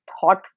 thought